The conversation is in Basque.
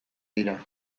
dira